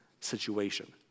situation